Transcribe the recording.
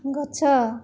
ଗଛ